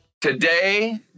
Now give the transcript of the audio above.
Today